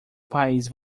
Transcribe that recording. país